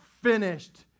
Finished